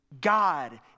God